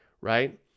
right